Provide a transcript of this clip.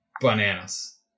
Bananas